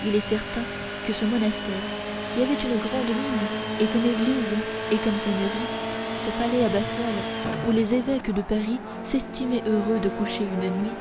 il est certain que ce monastère qui avait une grande mine et comme église et comme seigneurie ce palais abbatial où les évêques de paris s'estimaient heureux de coucher une nuit